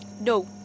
No